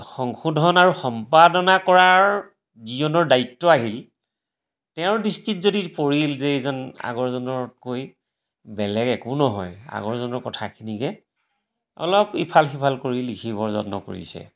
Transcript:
সংশোধন আৰু সম্পাদনা কৰাৰ যিজনৰ দায়িত্ব আহিল তেওঁৰ দৃষ্টিত যদি পৰিল যে ইজন আগৰজনৰকৈ বেলেগ একো নহয় আগৰজনৰ কথাখিনিকে অলপ ইফাল সিফাল কৰি লিখিবৰ যত্ন কৰিছে